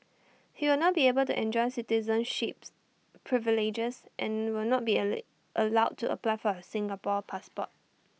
he will not be able to enjoy citizenships privileges and will not be A late allowed to apply for A Singapore passport